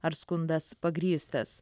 ar skundas pagrįstas